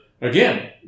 again